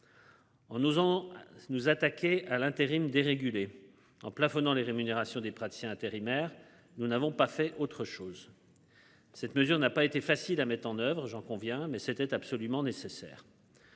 On nous on nous attaquer à l'intérim dérégulé en plafonnant les rémunérations des praticiens intérimaires. Nous n'avons pas fait autre chose. Cette mesure n'a pas été facile à mettre en oeuvre, j'en conviens, mais c'était absolument nécessaire.